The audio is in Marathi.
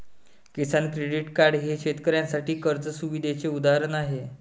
किसान क्रेडिट कार्ड हे शेतकऱ्यांसाठी कर्ज सुविधेचे उदाहरण आहे